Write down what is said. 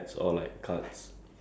ya that one's a bad thing